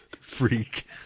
Freak